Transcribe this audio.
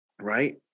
right